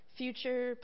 future